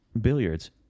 Billiards